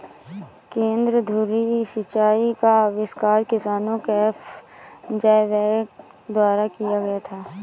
केंद्र धुरी सिंचाई का आविष्कार किसान फ्रैंक ज़ायबैक द्वारा किया गया था